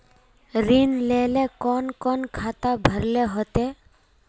ऋण लेल कोन कोन खाता भरेले होते?